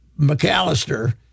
McAllister